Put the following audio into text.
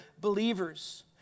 believers